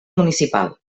municipal